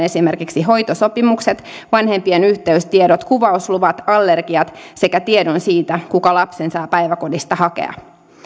esimerkiksi hoitosopimukset vanhempien yhteystiedot kuvausluvat allergiat sekä tiedon siitä kuka lapsen saa päiväkodista hakea